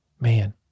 Man